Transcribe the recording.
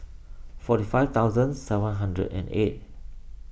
forty five thousand seven hundred and eight